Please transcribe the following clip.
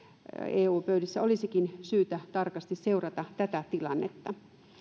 eu pöydissä olisikin syytä tarkasti seurata tätä tilannetta